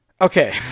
Okay